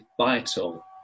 vital